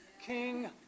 king